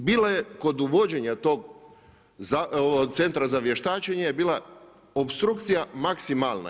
I bila je kod uvođenja tog Centra za vještačenje je bila opstrukcija maksimalna.